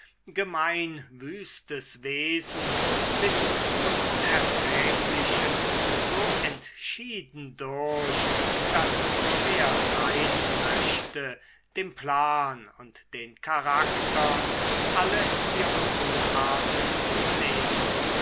gemein wüstes wesen bis zum unerträglichen so entschieden durch daß es schwer sein möchte dem plan und den charaktern alle ihre unarten zu benehmen